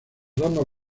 ramas